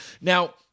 Now